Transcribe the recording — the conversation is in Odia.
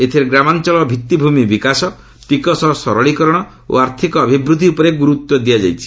ଏଥିରେ ଗ୍ରାମାଞ୍ଚଳ ଭିତ୍ତିଭୂମି ବିକାଶ ଟିକସ ସରଳୀକରଣ ଓ ଆର୍ଥକ ଅଭିବୃଦ୍ଧି ଉପରେ ଗୁରୁତ୍ୱ ଦିଆଯାଇଛି